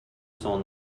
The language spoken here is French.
son